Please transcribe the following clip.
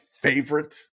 favorite